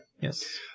Yes